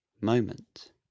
moment